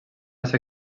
ser